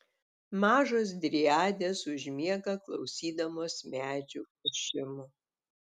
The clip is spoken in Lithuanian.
mažos driadės užmiega klausydamos medžių ošimo